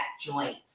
joint